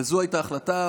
וזו הייתה ההחלטה.